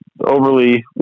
overly